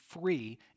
free